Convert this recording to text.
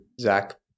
Zach